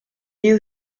you